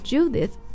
Judith